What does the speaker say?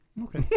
okay